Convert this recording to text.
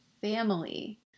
family